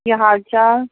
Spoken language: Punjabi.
ਕੀ ਹਾਲ ਚਾਲ